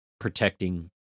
protecting